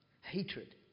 hatred